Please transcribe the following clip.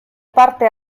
parte